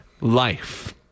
life